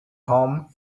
home